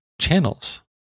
channels